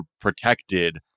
protected